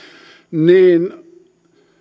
niin